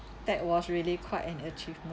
that was really quite an achievement